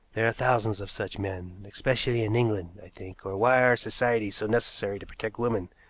there are thousands of such men, especially in england, i think, or why are societies so necessary to protect women,